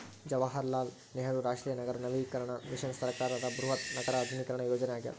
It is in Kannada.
ಜವಾಹರಲಾಲ್ ನೆಹರು ರಾಷ್ಟ್ರೀಯ ನಗರ ನವೀಕರಣ ಮಿಷನ್ ಸರ್ಕಾರದ ಬೃಹತ್ ನಗರ ಆಧುನೀಕರಣ ಯೋಜನೆಯಾಗ್ಯದ